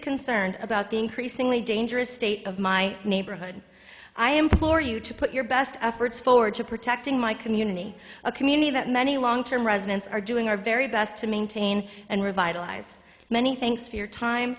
concerned about the increasingly dangerous state of my neighborhood i am floor you to put your best efforts forward to protecting my community a community that many long term residents are doing our very best to maintain and revitalize many thanks